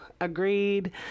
agreed